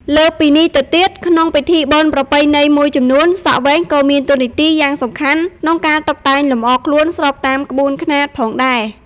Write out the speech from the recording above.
លើសពីនេះទៅទៀត ក្នុងពិធីបុណ្យប្រពៃណីមួយចំនួន សក់វែងក៏មានតួនាទីសំខាន់ក្នុងការតុបតែងលម្អខ្លួនស្របតាមក្បួនខ្នាតផងដែរ។